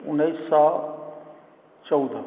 उन्नैस सए चौदह